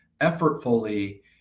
effortfully